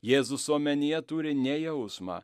jėzus omenyje turi ne jausmą